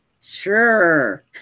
Sure